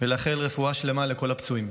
ולאחל רפואה שלמה לכל הפצועים.